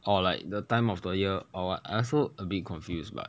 or like the time of the year or what I also a bit confused bah